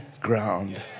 ground